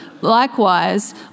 Likewise